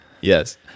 Yes